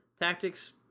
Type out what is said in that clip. Tactics